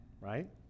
right